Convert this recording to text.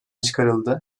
çıkarıldı